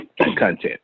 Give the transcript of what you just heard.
content